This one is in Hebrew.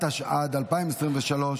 התשפ"ד 2023,